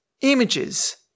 images